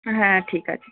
হ্যাঁ ঠিক আছে